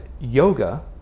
yoga